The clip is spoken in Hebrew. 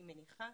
אני מניחה,